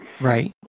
Right